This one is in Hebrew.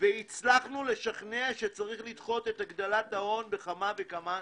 והצלחנו לשכנע שצריך לדחות את הגדלת ההון בכמה וכמה שנים.